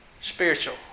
spiritual